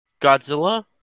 Godzilla